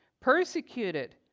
persecuted